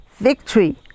victory